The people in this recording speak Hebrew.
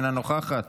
אינה נוכחת,